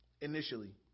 initially